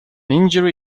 injury